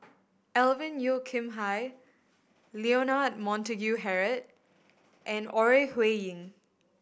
Alvin Yeo Khirn Hai Leonard Montague Harrod and Ore Huiying